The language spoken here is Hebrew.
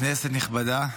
כנסת נכבדה,